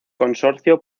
consorcio